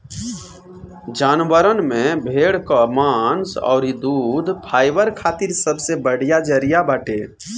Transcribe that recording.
जानवरन में भेड़ कअ मांस अउरी दूध फाइबर खातिर सबसे बढ़िया जरिया बाटे